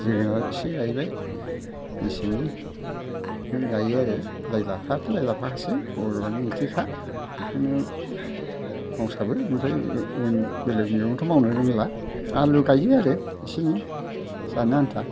जोगोनार एसे गायबाय मेसेंनि बिदिनो गायो आरो लाइ लाफायाथ' लाइ लाफाखासै बर'नि ओंख्रिखा बेखौनो मावसाबो बिनिफ्राय अन बेलेग मैगंथ' मावनो रोंला आलु गायो आरो एसे एनै जानो आनथा